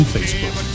Facebook